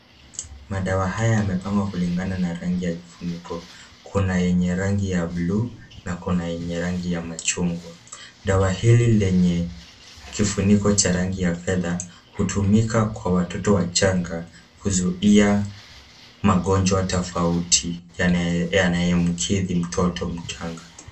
Madawa haya yamepangwa kulingana na rangi ya vifuniko. Kuna yenye rangi ya blue, na kuna yenye rangi ya machungwa. Dawa hili, lenye kifuniko cha rangi ya fedha, hutumika kwa watoto wachanga kuzuia magonjwa tofauti yanaye, yanaye mkithi mtoto mchanga.